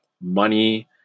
money